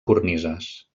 cornises